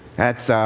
that's